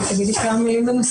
אולי תגידי כמה מילים בנושא?